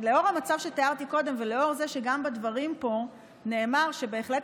לאור המצב שתיארתי קודם ולאור זה שגם בדברים פה נאמר שבהחלט